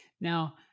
Now